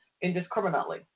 indiscriminately